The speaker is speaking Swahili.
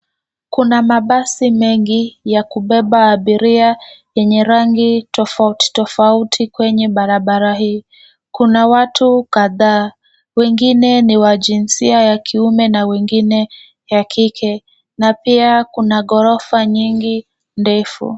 Kuna mabasi mengi ya kubeba abiria yenye rangi tofauti tofauti kwenye barabara hii. Kuna watu kadhaa. Wengine ni wa jinsia ya kiume na wengine ya kike. Na pia kuna ghorofa nyingi ndefu.